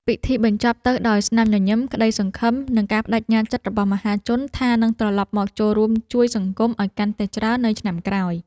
ពិធីបញ្ចប់ទៅដោយស្នាមញញឹម ក្ដីសង្ឃឹម និងការប្តេជ្ញាចិត្តរបស់មហាជនថានឹងត្រលប់មកចូលរួមជួយសង្គមឱ្យកាន់តែច្រើននៅឆ្នាំក្រោយ។